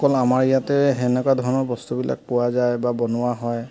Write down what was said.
অকল আমাৰ ইয়াতে সেনেকুৱা ধৰণৰ বস্তুবিলাক পোৱা যায় বা বনোৱা হয়